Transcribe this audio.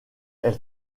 elle